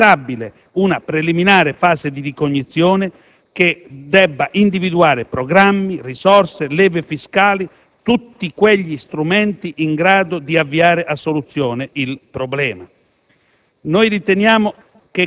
perché appare indispensabile una preliminare fase di ricognizione che individui programmi, risorse, leve fiscali, tutti gli strumenti in grado di avviare a soluzione il problema.